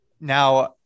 Now